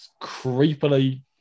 creepily